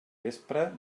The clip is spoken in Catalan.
vespre